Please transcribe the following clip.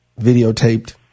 videotaped